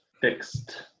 fixed